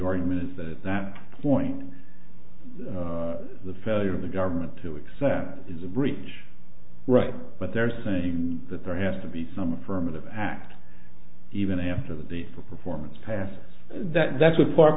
argument is that at that point the failure of the government to accept is a breach right but they're saying that there has to be some affirmative act even after the performance passed that that's what park